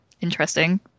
interesting